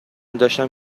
داشتم